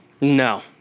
No